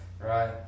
Right